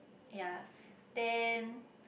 yea then